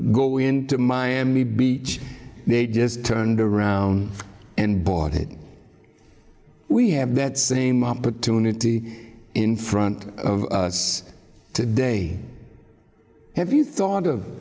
go into miami beach they just turned around and bought it we have that same opportunity in front of us today have you thought of